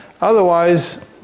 otherwise